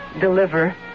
deliver